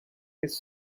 his